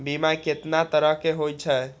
बीमा केतना तरह के हाई छै?